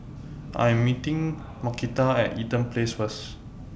I Am meeting Markita At Eaton Place First